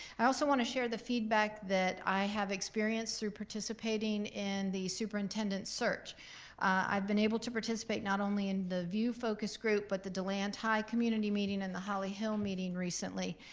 i also want to share the feedback that i have experienced through participating in the superintendent search i've been able to participate not only in the view focus group, but the deland high community meeting and the holly hill meeting recently,